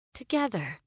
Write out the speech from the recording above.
together